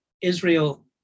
Israel